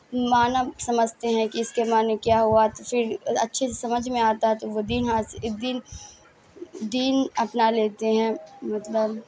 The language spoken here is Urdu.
معنی سمجھتے ہیں کہ اس کے معنی کیا ہوا تو پھر اچھے سے سمجھ میں آتا ہے تو وہ دین حاصل دین دین اپنا لیتے ہیں مطلب